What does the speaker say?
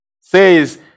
says